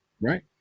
Right